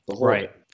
Right